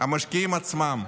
המשקיעים עצמם.